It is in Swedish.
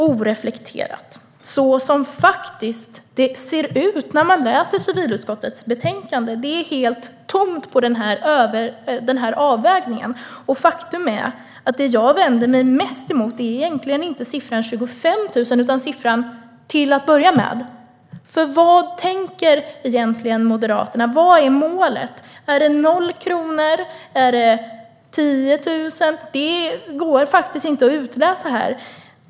Så ser det faktiskt ut när man läser civilutskottets betänkande; det är helt tomt på denna avvägning. Faktum är att det jag vänder mig mest emot egentligen inte är siffran 25 000 utan siffran i sig till att börja med. För vad tänker egentligen Moderaterna? Vad är målet? Är det noll kronor, eller är det 10 000 kronor? Det går inte att utläsa.